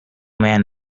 man